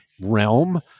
realm